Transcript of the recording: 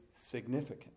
significant